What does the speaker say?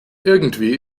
irgendwie